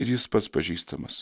ir jis pats pažįstamas